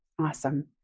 Awesome